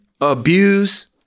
abuse